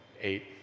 eight